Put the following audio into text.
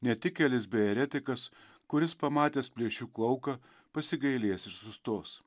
netikėlis bei eretikas kuris pamatęs plėšikų auką pasigailės ir sustos